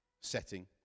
setting